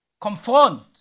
confront